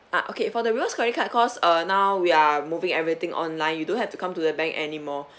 ah okay for the credit card cause uh now we are moving everything online you don't have to come to the bank anymore